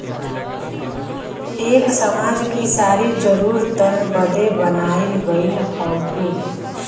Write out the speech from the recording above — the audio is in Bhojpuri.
एक समाज कि सारी जरूरतन बदे बनाइल गइल हउवे